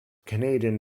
canadian